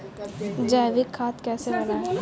जैविक खाद कैसे बनाएँ?